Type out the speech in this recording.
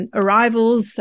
arrivals